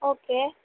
okay